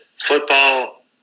football